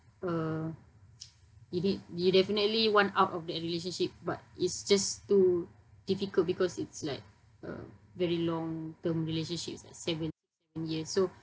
uh you did you definitely want out of that relationship but it's just too difficult because it's like um very long term relationships like seven years so